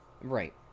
Right